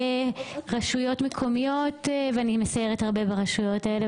ברשויות מקומיות ואני מסיירת הרבה ברשויות האלה,